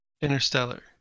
Interstellar